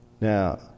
Now